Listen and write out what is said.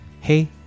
Hey